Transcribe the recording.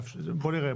בואו נראה,